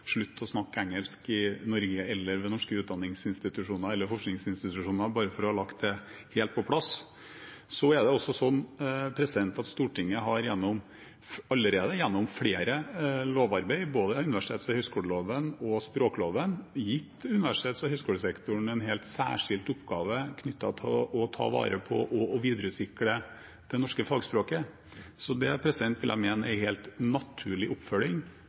å snakke engelsk ved norske utdanningsinstitusjoner eller forskningsinstitusjoner, bare for å ha lagt det helt på plass. Det er også slik at Stortinget gjennom flere lovarbeid, både universitets- og høyskoleloven og språkloven, har gitt universitets- og høyskolesektoren en helt særskilt oppgave knyttet til å ta vare på og videreutvikle det norske fagspråket. Det vil jeg mene er en helt naturlig oppfølging